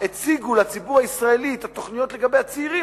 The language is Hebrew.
הציגו לציבור הישראלי את התוכניות לגבי הצעירים,